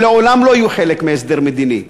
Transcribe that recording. שלעולם לא יהיו חלק מהסדר מדיני.